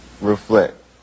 reflect